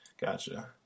Gotcha